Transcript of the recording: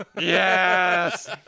Yes